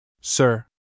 Sir